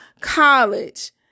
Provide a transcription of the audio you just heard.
college